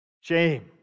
Shame